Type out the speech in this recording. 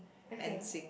okay